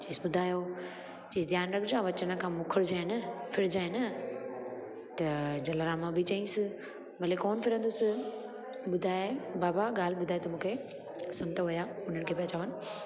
चयईसि ॿुधायो चयईसि ध्यानु रखिजा वचन खां मुकुरजांइ न फिरजांइ न त जलाराम बि चयईसि भले कोन फिरंदसि ॿुधाए बाबा ॻाल्हि ॿुधाए तूं मूंखे संत हुआ उन्हनि खे पिया चवनि